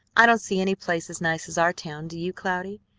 i don't see any place as nice as our town, do you, cloudy?